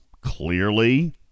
clearly